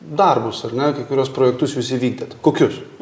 darbus ar ne kai kuriuos projektus jūs įvykdėt kokius